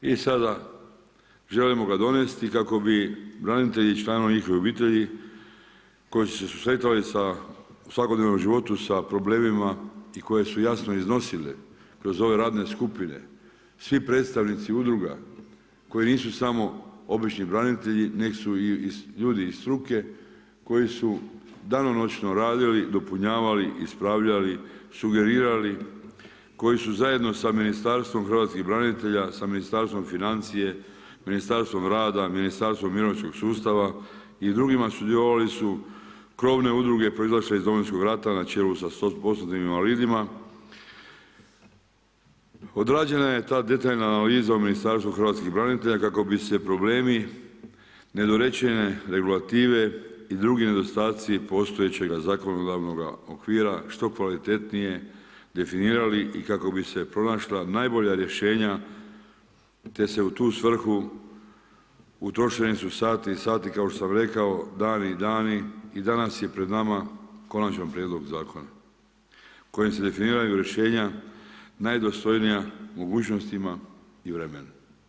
I sada želimo ga donesti kako bi branitelji i članovi njihovih obitelji koji su se susretali u svakodnevnom životu sa problemima i koje su jasno iznosile kroz ove radne skupine, svi predstavnici udruga koji nisu samo obični branitelji nego su ljudi iz struke koji su danonoćno radili, dopunjavali, ispravljali, sugerirali, koji su zajedno sa Ministarstvom hrvatskih branitelja, sa Ministarstvom financija, Ministarstvom rada, Ministarstvom mirovinskom sustava i drugima sudjelovali su krovne udruge proizašle iz Domovinskog rata na čelu sa 100%-im invalidima, odrađena je ta detaljna analiza u Ministarstvu hrvatskih branitelja kako bi se problemi nedorečene regulative i drugi nedostaci postojećega zakonodavnoga okvira što kvalitetnije definirali i kako bi se pronašla najbolja rješenja te se u tu svrhu utrošeni su sati i sati kao što sam rekao, dani i dani i danas je pred nama konačan prijedlog zakona kojim se definiraju rješenja najdostojnija mogućnostima i vremenu.